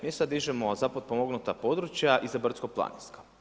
Mi sad dižemo za potpomognuta područja i za brdsko-planinska.